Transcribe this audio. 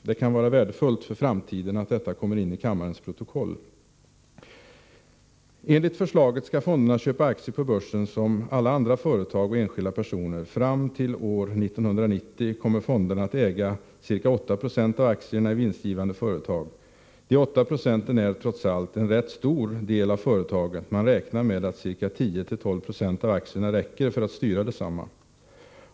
/ Det är viktigt för framtiden att detta kommer in i kammarens protokoll och jag skall därför citera: ”Enligt förslaget ska fonderna köpa aktier på börsen som alla andra företag och enskilda personer, fram till år 1990 kommer fonderna att äga c:a 8 procent av aktierna i vinstgivande företag. De 8 procenten är, trots allt, en rätt stor del av företaget, man räknar med att c:a 10-12 procent av aktierna räcker för att styra detsamma.